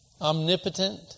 omnipotent